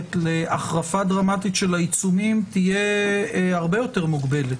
ללכת להחרפה דרמטית של העיצומים תהיה הרבה יותר מוגבלות.